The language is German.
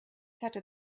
hatte